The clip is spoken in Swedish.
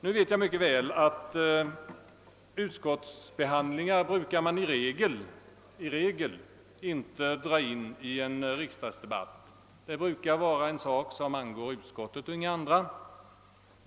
Nu vet jag mycket väl att man i regel inte brukar dra in utskottsbehandlingar i en riksdagsdebatt — det brukar vara en sak som angår utskottet och inga andra.